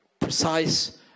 precise